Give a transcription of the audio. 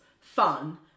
fun